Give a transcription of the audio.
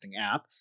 app